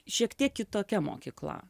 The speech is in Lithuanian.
šiek tiek kitokia mokykla